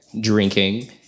drinking